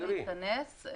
זה יכול להתכנס.